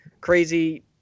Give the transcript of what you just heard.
crazy